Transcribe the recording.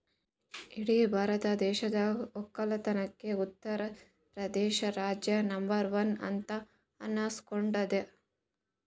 ಇಡೀ ಭಾರತ ದೇಶದಾಗ್ ವಕ್ಕಲತನ್ದಾಗೆ ಉತ್ತರ್ ಪ್ರದೇಶ್ ರಾಜ್ಯ ನಂಬರ್ ಒನ್ ಅಂತ್ ಅನಸ್ಕೊಂಡಾದ್